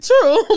true